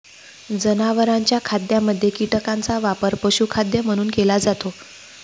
जनावरांच्या खाद्यामध्ये कीटकांचा वापर पशुखाद्य म्हणून केला जातो